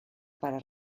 para